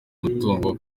mutungo